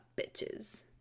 bitches